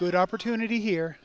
good opportunity here